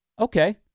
Okay